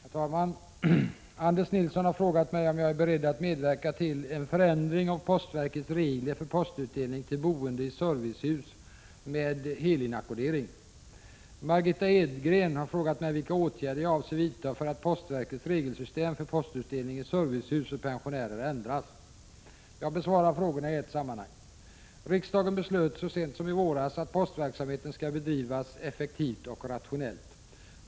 Herr talman! Anders Nilsson har frågat mig om jag är beredd att medverka till en förändring av postverkets regler för postutdelning till boende i servicehus med helinackordering. Jag besvarar frågorna i ett sammanhang. Riksdagen beslöt — så sent som i våras — att postverksamheten skall bedrivas effektivt och rationellt.